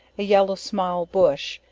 a yellow small bush,